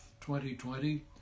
2020